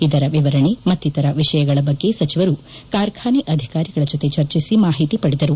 ಇದರ ವಿತರಣೆ ಮತ್ತಿತರ ವಿಷಯಗಳ ಬಗ್ಗೆ ಸಚಿವರು ಕಾರ್ಖಾನೆ ಅಧಿಕಾರಿಗಳ ಜೊತೆ ಚರ್ಚಿಸಿ ಮಾಹಿತಿ ಪಡೆದರು